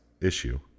issue